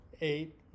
Eight